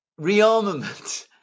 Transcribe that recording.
rearmament